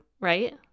Right